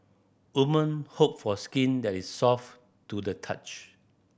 women hope for skin that is soft to the touch